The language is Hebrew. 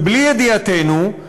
ובלי ידיעתנו,